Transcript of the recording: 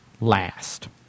last